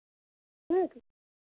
ठीक